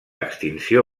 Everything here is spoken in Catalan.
extinció